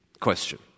question